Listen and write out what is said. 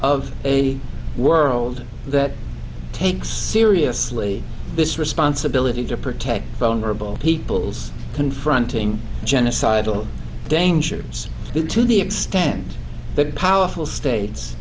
of a world that takes seriously this responsibility to protect vulnerable peoples confronting genocidal dangers to the extend the powerful states